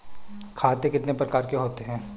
खाते कितने प्रकार के होते हैं?